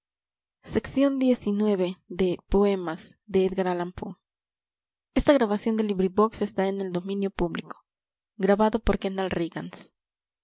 y radiosa en el